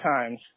times